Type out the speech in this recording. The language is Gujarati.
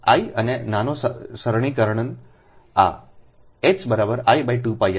I અને નાનો સરળીકરણ સંદર્ભ લો 16 26 આ H I2πr2